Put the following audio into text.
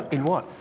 in what?